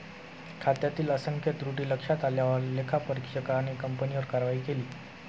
खात्यातील असंख्य त्रुटी लक्षात आल्यावर लेखापरीक्षकाने कंपनीवर कारवाई केली